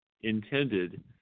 intended